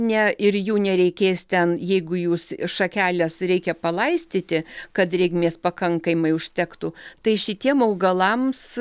ne ir jų nereikės ten jeigu jūs šakeles reikia palaistyti kad drėgmės pakankamai užtektų tai šitiem augalams